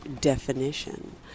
definition